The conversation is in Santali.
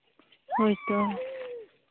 ᱦᱳᱭᱛᱳ